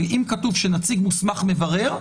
ואם כתוב שנציג מוסמך מברר,